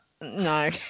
No